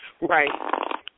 Right